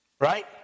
right